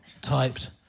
typed